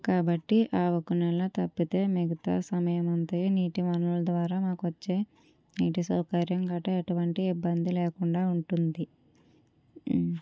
కాబట్టి ఆ ఒక నెల తప్పితే మిగతా సమయం అంతయు నీటి వనరులు ద్వారా మాకు వచ్చే నీటి సౌకర్యం గట్ట ఎటువంటి ఇబ్బంది లేకుండా ఉంటుంది